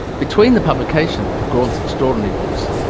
between the publication of graunt's extraordinary books,